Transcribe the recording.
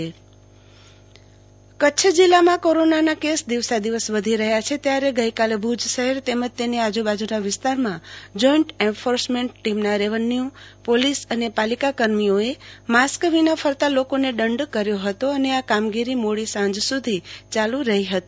આરતી Bhatt corona mask વગર ફરતા લોકોને દંડ કચ્છ જીલ્લામાં કોરોનાના કેસ દિવસે વધી રહ્યા છે ત્યારે ગઈકાલે ભુજ શહેર તેમજ તેની આજુબાજુના વિસ્તારમાં જોઈન્ટ એન્ફોર્સમેન્ટ ટીમના રેવન્યુ પોલીસ અને પાલિકા કર્મીઓએ માસ્ક વગર ફરતા લોકોને દંડ કર્યો હતો અને આ કામગીરી મોદી સાંજ સુધી ચાલુ રહી હતી